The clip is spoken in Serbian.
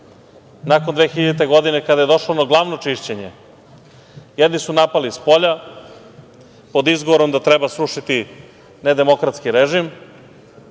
nakon 2000. godine kada je došlo ono glavno čišćenje. Jedni su napali spolja pod izgovorom da treba srušiti nedemokratski režim.